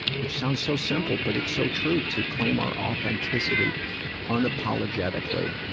which sounds so simple, but it's so true, to claim our authenticity unapologetically.